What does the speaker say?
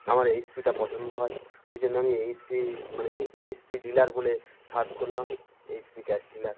আমার এইচ পিটা পছন্দ হয় ওই জন্য আমি এইচ পি মানে এইচ পি ডিলার বলে সার্চ করলাম এইচ পি গ্যাস ডিলার